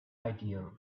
idea